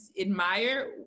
admire